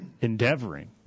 endeavoring